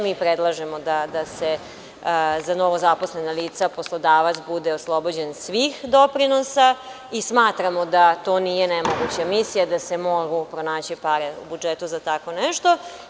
Mi predlažemo da za novozaposlena lica poslodavac bude oslobođen svih doprinosa i smatramo da to nije nemoguća misija, da se mogu pronaći pare u budžetu za tako nešto.